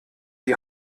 die